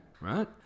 right